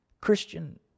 Christian